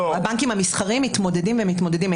הבנקים המסחריים מתמודדים,